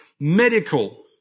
Medical